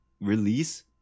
release